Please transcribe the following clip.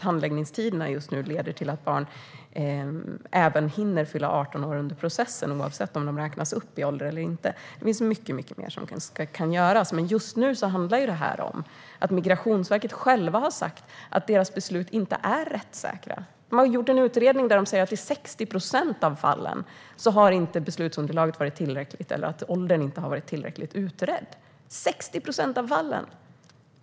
Handläggningstiderna just nu leder till att barn hinner fylla 18 år under processen, oavsett om de räknas upp i ålder eller inte. Det finns mycket mer som kan göras. Just nu handlar allt detta om att Migrationsverket självt har sagt att besluten inte är rättssäkra. Verket har gjort en utredning som visar att i 60 procent av fallen har beslutsunderlaget inte varit tillräckligt eller åldern inte tillräckligt utredd. Det gäller 60 procent av fallen!